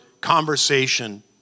conversation